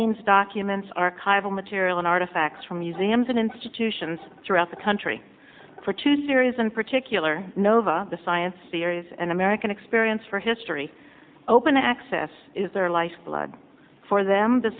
means documents archival material and artifacts from museums and institutions throughout the country for two series and particular nova the science series and american experience for history open access is their lifeblood for them the